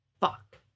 Fuck